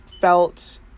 felt